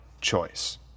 choice